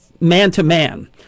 man-to-man